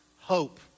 hope